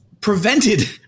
prevented